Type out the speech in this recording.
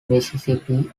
mississippi